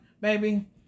Baby